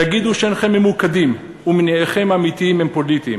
יגידו שאינכם ממוקדים ומניעיכם האמיתיים הם פוליטיים.